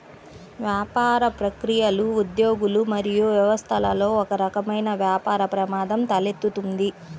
వ్యాపార ప్రక్రియలు, ఉద్యోగులు మరియు వ్యవస్థలలో ఒకరకమైన వ్యాపార ప్రమాదం తలెత్తుతుంది